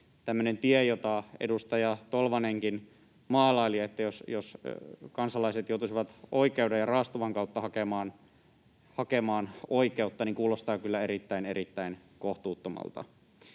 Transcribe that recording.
tämmöinen tie, jota edustaja Tolvanenkin maalaili, että jos kansalaiset joutuisivat oikeuden ja raastuvan kautta hakemaan oikeutta, kuulostaa kyllä erittäin, erittäin kohtuuttomalta.